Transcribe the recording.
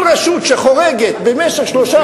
כל רשות שחורגת במשך שלושה חודשים,